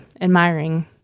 admiring